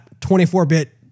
24-bit